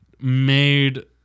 made